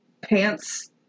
pants